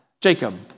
Jacob